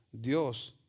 Dios